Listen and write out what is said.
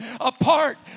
apart